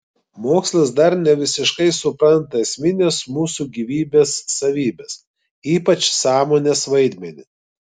mokslas dar nevisiškai supranta esmines mūsų gyvybės savybes ypač sąmonės vaidmenį